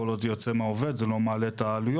כל עוד זה יוצא מהעובד זה לא מעלה את העלויות.